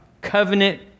covenant